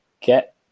get